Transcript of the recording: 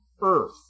earth